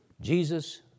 Jesus